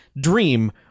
dream